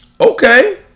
okay